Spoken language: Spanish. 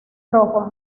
rojo